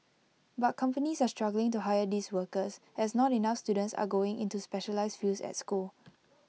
but companies are struggling to hire these workers as not enough students are going into specialised fields at school